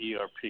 ERP